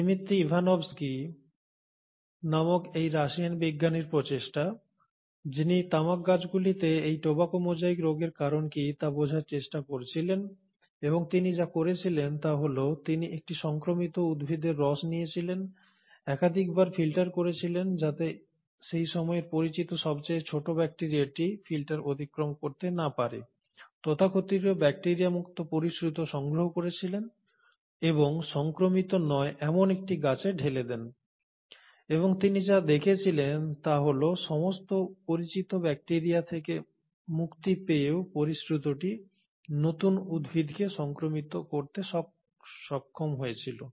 Dmitry Ivanovsky নামক এই Russian বিজ্ঞানীর প্রচেষ্টা যিনি তামাক গাছগুলিতে এই টোবাকো মোজাইক রোগের কারণ কী তা বোঝার চেষ্টা করছিলেন এবং তিনি যা করেছিলেন তা হল তিনি একটি সংক্রমিত উদ্ভিদের রস নিয়েছিলেন একাধিকবার ফিল্টার করেছিলেন যাতে সেই সময়ের পরিচিত সবচেয়ে ছোট ব্যাকটিরিয়াটি ফিল্টার অতিক্রম করতে না পারে তথাকথিত ব্যাকটিরিয়া মুক্ত পরিস্রুত সংগ্রহ করেছিলেন এবং সংক্রমিত নয় এমন একটি গাছে ঢেলে দেন এবং তিনি যা দেখেছিলেন তা হল সমস্ত পরিচিত ব্যাকটিরিয়া থেকে মুক্তি পেয়েও পরিস্রুতটি নতুন উদ্ভিদকে সংক্রমিত করতে সক্ষম হয়েছিল